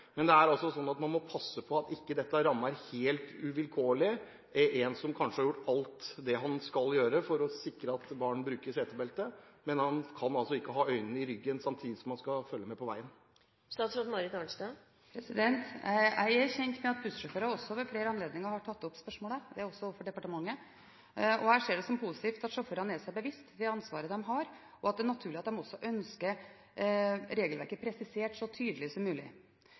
Men man må passe på at dette ikke helt uvilkårlig rammer en som kanskje har gjort alt han skal gjøre for å sikre at barn bruker setebelte. Han kan ikke ha øynene i ryggen samtidig som han skal følge med på veien. Jeg er kjent med at bussjåfører ved flere anledninger har tatt opp spørsmålet, også overfor departementet, og jeg ser det som positivt at sjåførene er seg bevisst det ansvaret de har. Det er naturlig at de også ønsker regelverket presisert så tydelig som mulig.